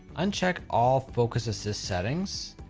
uncheck all focus assist settings,